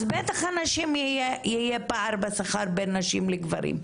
אז בטח יהיה פער בשכר בין נשים לגברים.